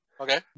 Okay